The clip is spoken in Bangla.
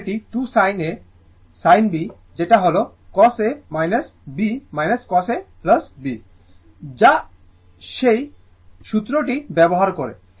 এবং এটি 2 sin A sin B যেটা হল cos A B cos A B যা সেই সূত্রটি ব্যবহার করে